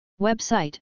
Website